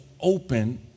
open